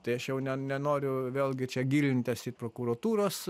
tai aš jau ne nenoriu vėlgi čia gilintis į prokuratūros